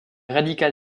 radical